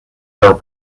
your